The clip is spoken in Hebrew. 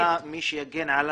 לא היה מי שיגן עליו.